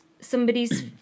somebody's